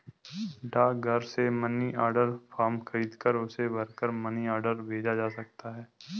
डाकघर से money order form खरीदकर उसे भरकर मनी ऑर्डर भेजा जा सकता है